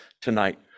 tonight